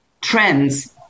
trends